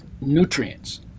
nutrients